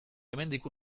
hemendik